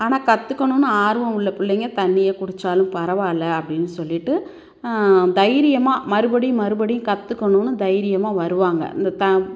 ஆனால் கற்றுக்கணுன்னு ஆர்வம் உள்ள பிள்ளைங்க தண்ணியை குடித்தாலும் பரவாயில்லை அப்படின்னு சொல்லிட்டு தைரியமாக மறுபடியும் மறுபடியும் கற்றுக்கணுன்னு தைரியமாக வருவாங்க இந்த த